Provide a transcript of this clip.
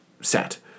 set